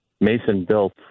mason-built